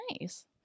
Nice